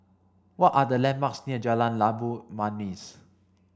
what are the landmarks near Jalan Labu Manis